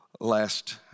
last